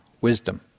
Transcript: wisdom